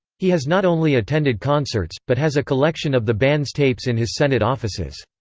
he has not only attended concerts, but has a collection of the band's tapes in his senate offices.